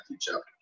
chapter